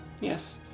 Yes